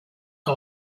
que